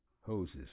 hoses